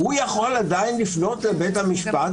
הוא יכול עדיין לפנות לבית המשפט,